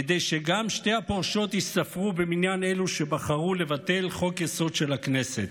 כדי שגם שתי הפורשות ייספרו במניין אלו שבחרו לבטל חוק-יסוד של הכנסת.